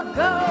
go